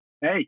Hey